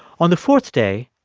on the fourth day,